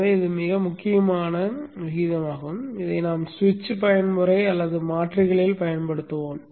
எனவே இது மிக முக்கியமான விகிதமாகும் இதை நாம் சுவிட்ச் பயன்முறை அல்லது மாற்றிகளில் பயன்படுத்துவோம்